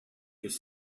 could